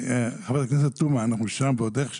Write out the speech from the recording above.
חברת הכנסת תומא, אנחנו שם, ועוד איך שם.